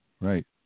Right